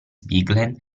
bigland